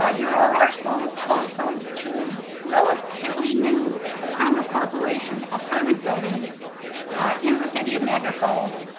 ah there are are so also two relatively new condo corporation apartment buildings in the city of niagara falls.